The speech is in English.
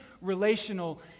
relational